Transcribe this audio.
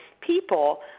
people